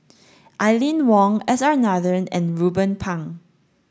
Aline Wong S R Nathan and Ruben Pang